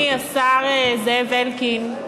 אדוני השר זאב אלקין,